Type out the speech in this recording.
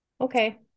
okay